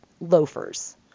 loafers